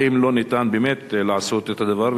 האם לא ניתן באמת לעשות את הדבר?